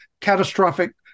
catastrophic